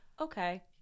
Okay